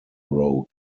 road